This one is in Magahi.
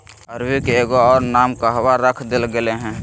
अरबी के एगो और नाम कहवा रख देल गेलय हें